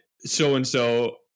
so-and-so